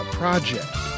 project